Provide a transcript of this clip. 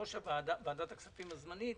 יושב-ראש ועדת הכספים הזמנית.